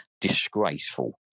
Disgraceful